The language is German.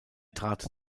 trat